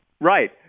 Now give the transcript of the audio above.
Right